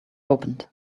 opened